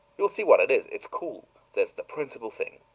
you'll see what it is. it's cool that's the principal thing.